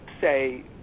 say